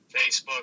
Facebook